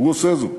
הוא עושה זאת.